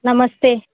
नमस्ते